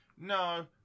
no